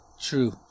True